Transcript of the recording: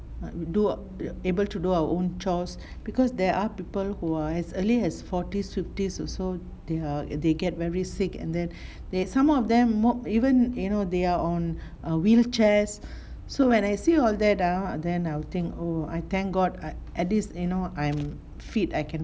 do err able to do our own chores because there are people who are as early as forties fifties also they're they get very sick and then they some of them even you know they are on err wheelchairs so when I see all that ah then I'll think oh I thank god I at least you know I'm fit I can